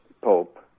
Pope